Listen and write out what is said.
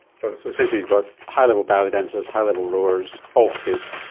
so so essentially you've got high level ballet dancers, high level rowers, all fit,